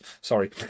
Sorry